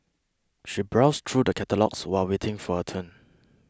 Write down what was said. she browsed through the catalogues while waiting for her turn